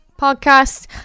podcast